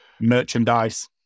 merchandise